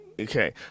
Okay